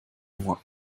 loi